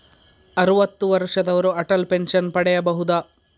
ಅರುವತ್ತು ವರ್ಷದವರು ಅಟಲ್ ಪೆನ್ಷನ್ ಪಡೆಯಬಹುದ?